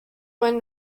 when